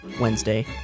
wednesday